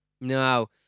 No